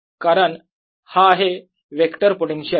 कारण हा आहे वेक्टर पोटेन्शियल